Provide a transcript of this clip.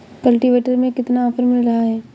Cultivator में कितना offer मिल रहा है?